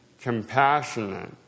compassionate